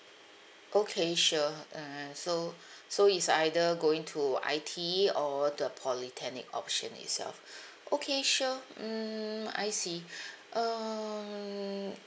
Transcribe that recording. okay sure uh so so it's either going to I_T or the polytechnic option itself okay sure mm I see um